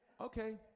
Okay